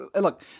Look